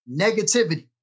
negativity